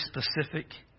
specific